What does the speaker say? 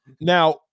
Now